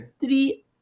three